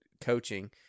coaching